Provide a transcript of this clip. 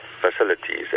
facilities